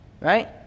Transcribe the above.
right